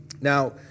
Now